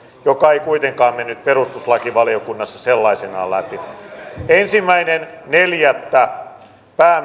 joka ei kuitenkaan mennyt perustuslakivaliokunnassa sellaisenaan läpi ensimmäinen neljättä